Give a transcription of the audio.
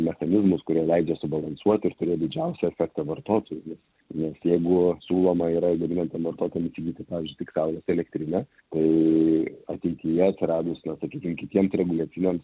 mechanizmus kurie leidžia subalansuoti ir turėt didžiausia efekta vartotojui nes jeigu siūloma yra gaminantiem vartotojam įsigyti pavyzdžiui tik saulės elektrinę tai ateityje atsiradus na sakykim kitiem reguliaciniams